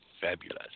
Fabulous